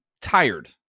tired